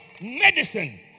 Medicine